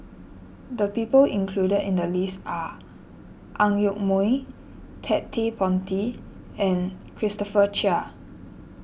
the people included in the list are Ang Yoke Mooi Ted De Ponti and Christopher Chia